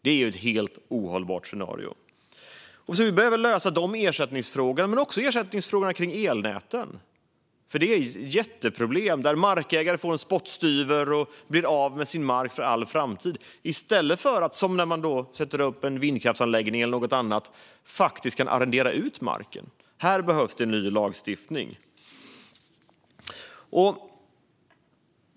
Det är ett helt ohållbart scenario. Vi behöver lösa ersättningsfrågorna men också frågorna om ersättning till elnäten, som är ett jätteproblem. Markägare får en spottstyver och blir av med sin mark för all framtid i stället för att man, som när man sätter upp en vindkraftsanläggning eller något annat, faktiskt kan arrendera ut marken. Här behövs en ny lagstiftning.